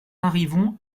arrivons